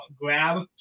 grab